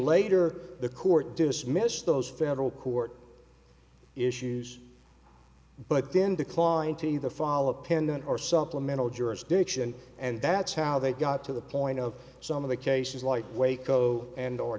later the court dismissed those federal court issues but then declined to either fall appendant or supplemental jurisdiction and that's how they got to the point of some of the cases like waco and or